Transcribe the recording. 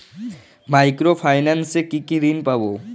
Micro finance এ কি কি ঋণ পাবো?